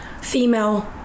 female